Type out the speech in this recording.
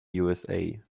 usa